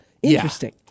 Interesting